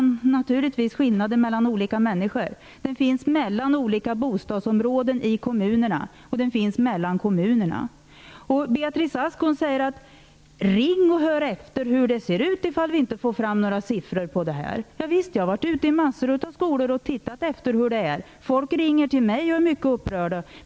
Naturligtvis finns skillnader mellan olika människor. Det finns skillnader mellan olika bostadsområden i kommunerna och mellan kommunerna. Beatrice Ask säger: Ring och hör efter hur det ser ut ifall vi inte får fram några siffror. Javisst. Jag har varit ute i massor av skolor och sett efter hur det är. Människor ringer till mig och är mycket upprörda.